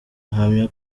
ahamya